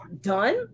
done